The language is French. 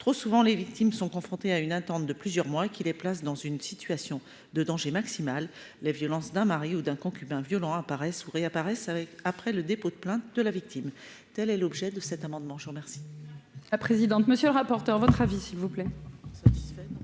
trop souvent, les victimes sont confrontés à une attente de plusieurs mois qui les place dans une situation de danger maximal les violences d'un mari ou d'un concubin violent apparaissent ou réapparaissent avec après le dépôt de plainte de la victime, telle est l'objet de cet amendement. La présidente, monsieur le rapporteur, votre avis s'il vous plaît.